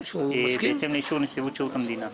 בהתאם לאישור נציבות שירות המדינה.